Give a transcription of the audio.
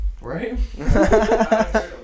right